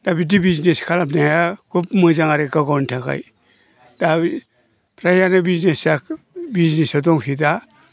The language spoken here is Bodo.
दा बिदि बिजनेस खालामनाया खुब मोजां आरो गाव गावनि थाखाय दा बि फ्रायानो बिजनेसा बिजनेसा दंसै दा